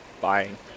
buying